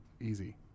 easy